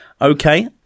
okay